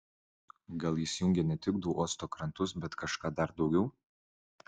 gal jis jungė ne tik du uosto krantus bet kažką dar daugiau